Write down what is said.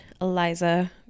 Eliza